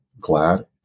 glad